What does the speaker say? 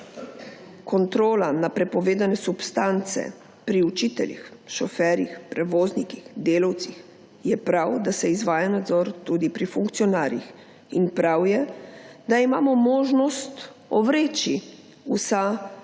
kontrola na prepovedane substance pri učiteljih, šoferjih, prevoznikih, delavcih, je prav, da se izvaja nadzor tudi pri funkcionarjih. In prav je, da imamo možnost ovreči vsa